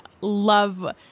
love